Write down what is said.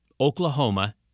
Oklahoma